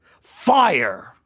Fire